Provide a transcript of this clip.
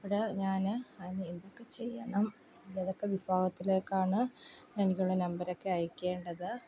അപ്പോൾ ഞാൻ എന്തൊക്കെ ചെയ്യണം ഏതൊക്കെ വിഭാഗത്തിലേക്കാണ് എനിക്കുള്ള നമ്പരൊക്കെ അയയ്ക്കേണ്ടത്